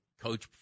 coach